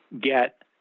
get